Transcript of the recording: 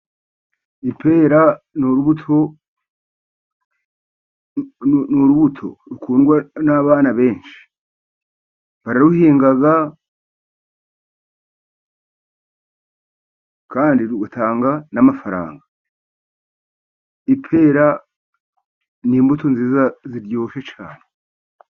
Ipera ni urubuto, ni urubuto rukundwa n'abana benshi, bararuhinga kandi rugatanga n'amafaranga. Ipera ni imbuto nziza ziryoshye cyane.